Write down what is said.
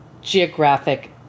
geographic